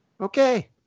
Okay